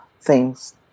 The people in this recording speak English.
thing's